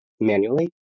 manually